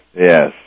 Yes